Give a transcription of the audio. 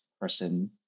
person